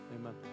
amen